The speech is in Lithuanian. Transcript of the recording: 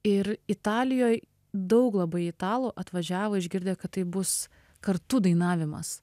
ir italijoj daug labai italų atvažiavo išgirdę kad tai bus kartu dainavimas